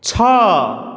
ଛଅ